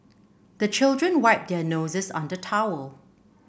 the children wipe their noses on the towel